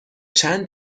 چند